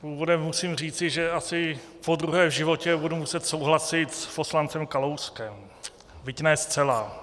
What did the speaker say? Úvodem musím říci, že asi podruhé v životě budu muset souhlasit s poslancem Kalouskem, byť ne zcela.